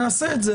נעשה את זה.